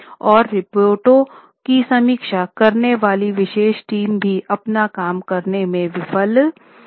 अब रिपोर्टों की समीक्षा करने वाली विशेष टीम भी अपना काम करने के लिए विफल रही